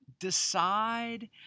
decide